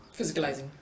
physicalizing